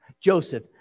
Joseph